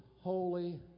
holy